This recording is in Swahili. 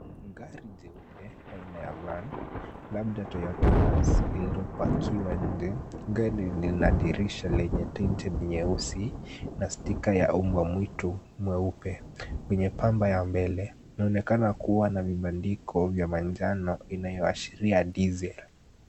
Gari jeupe aina ya van labda toyota hearse lililopakiwa nje. Ndani lina dirisha lenye tinted nyeusi na stika ya mbwa mwitu mweupe .Kwenye bamba ya mbele kunaonekana kuwa na mabandiko ya manjano yanayoashiria diesel .